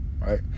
right